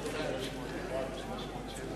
הקמת מחוז מרכז),